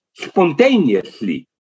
spontaneously